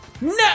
No